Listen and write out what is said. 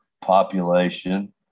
population